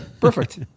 Perfect